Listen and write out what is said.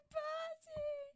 party